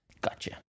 Gotcha